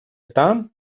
там